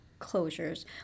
closures